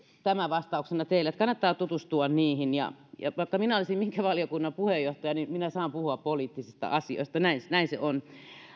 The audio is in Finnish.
tämä vastauksena teille että kannattaa tutustua niihin ja vaikka minä olisin minkä valiokunnan puheenjohtaja niin minä saan puhua poliittisista asioista näin näin se on